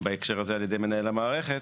בהקשר הזה על ידי מנהל המערכת,